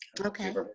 Okay